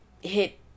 hit